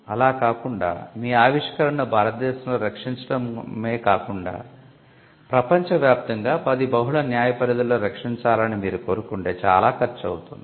అలా కాకుండా మీ ఆవిష్కరణను భారతదేశంలో రక్షించడమే కాకుండా ప్రపంచవ్యాప్తంగా 10 బహుళ న్యాయ పరిధులలో రక్షించాలని మీరు కోరుకుంటే చాలా ఖర్చు అవుతుంది